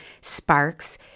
sparks